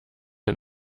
ein